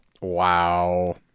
Wow